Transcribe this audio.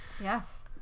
Yes